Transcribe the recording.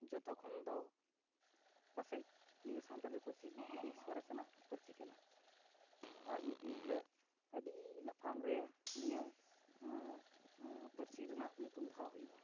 ᱡᱚᱛᱚ ᱠᱷᱚᱱ ᱫᱚ ᱯᱟᱥᱮᱡ ᱱᱚᱣᱟ ᱥᱟᱱᱛᱟᱞᱤ ᱯᱟᱹᱨᱥᱤ ᱜᱮ ᱟᱹᱰᱤ ᱥᱚᱨᱮᱥᱟᱱᱟᱜ ᱯᱟᱹᱨᱥᱤ ᱠᱟᱱᱟ ᱟᱨ ᱢᱤᱫ ᱫᱤᱱ ᱦᱤᱞᱳᱜ ᱟᱹᱰᱤ ᱞᱟᱯᱷᱟᱝ ᱨᱮ ᱱᱤᱭᱟᱹ ᱯᱟᱹᱨᱥᱤ ᱨᱮᱱᱟᱜ ᱧᱩᱛᱩᱢ ᱫᱚᱦᱟᱜ ᱦᱩᱭᱩᱜᱼᱟ